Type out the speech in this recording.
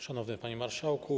Szanowny Panie Marszałku!